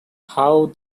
how